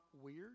weird